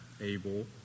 able